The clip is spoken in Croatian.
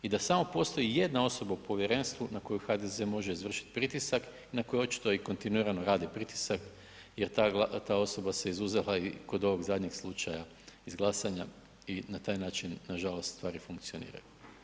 I da samo postoji jedna osoba u povjerenstvu na koju HDZ može izvršiti pritisak na kojoj očito i kontinuirano rade pritisak jer ta osoba se izuzela kod ovog zadnjeg slučaj iz glasanja i na taj način nažalost stvari funkcioniraju.